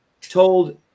told